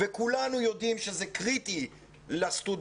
וכולנו יודעים שזה קריטי לסטודנטים,